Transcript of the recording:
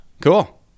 Cool